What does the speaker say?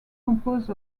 composed